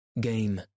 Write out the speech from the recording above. game